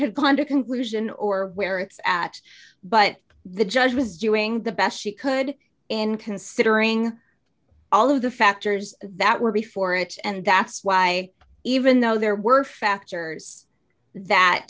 had gone to conclusion or where it's at but the judge was doing the best she could in considering all of the factors that were before it and that's why even though there were factors that